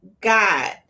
God